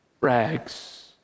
rags